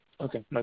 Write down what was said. Okay